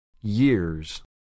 Years